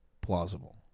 plausible